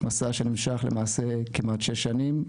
מסע שנמשך למעשה כמעט 6 שנים,